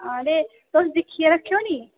हां ते तुस दिक्खियै रक्खेओ नीं